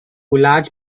large